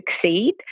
succeed